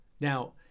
now